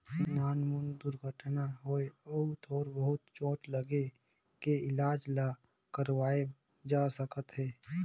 नानमुन दुरघटना होए अउ थोर बहुत चोट लागे के इलाज ल करवाए जा सकत हे